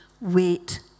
wait